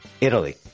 Italy